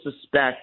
suspect